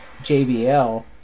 JBL